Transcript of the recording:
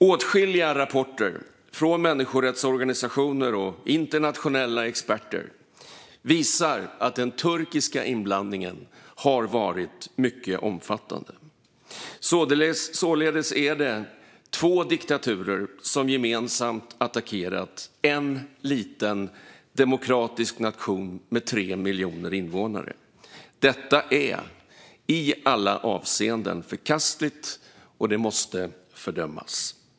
Åtskilliga rapporter från människorättsorganisationer och internationella experter visar att den turkiska inblandningen har varit mycket omfattande. Således är det två diktaturer som gemensamt attackerat en liten, demokratisk nation med 3 miljoner invånare. Detta är i alla avseenden förkastligt, och det måste fördömas.